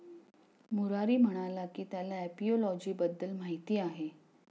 मुरारी म्हणाला की त्याला एपिओलॉजी बद्दल माहीत आहे